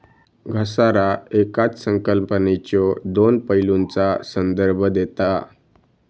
घसारा येकाच संकल्पनेच्यो दोन पैलूंचा संदर्भ देता